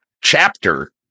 chapter